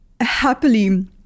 happily